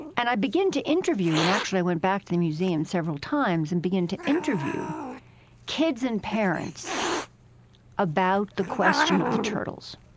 and i begin to interview and actually went back to the museum several times and begin to interview kids and parents about the question of the turtles